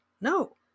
No